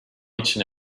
için